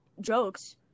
Jokes